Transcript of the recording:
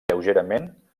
lleugerament